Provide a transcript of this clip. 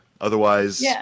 Otherwise